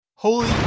Holy